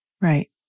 Right